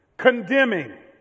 Condemning